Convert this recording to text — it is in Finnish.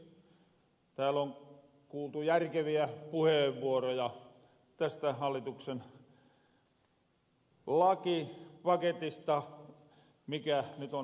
tääl on kuultu järkeviä puheenvuoroja tästä hallituksen lakipaketista mikä nyt on esitetty